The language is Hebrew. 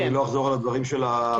אני לא אחזור על דבריהם של קודמיי.